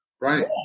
Right